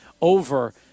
over